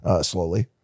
slowly